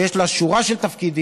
ויש לה שורה של תפקידים,